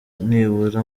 nibura